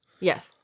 Yes